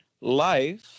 life